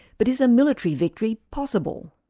but is a military victory possible?